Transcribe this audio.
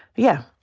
yeah.